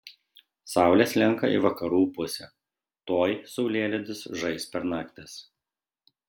saulė slenka į vakarų pusę tuoj saulėlydis žais per naktis